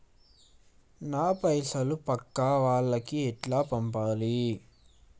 నా పైసలు పక్కా వాళ్లకి ఎట్లా పంపాలి?